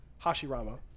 Hashirama